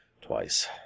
twice